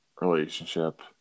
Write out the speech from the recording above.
relationship